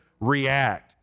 react